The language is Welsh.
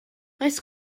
oes